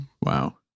Wow